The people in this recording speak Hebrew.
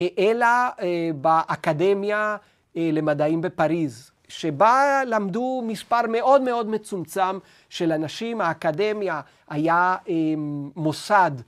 ‫אלא באקדמיה למדעים בפריז, ‫שבה למדו מספר מאוד מאוד מצומצם ‫של אנשים, ‫האקדמיה היה מוסד